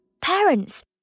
Parents